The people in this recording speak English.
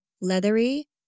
leathery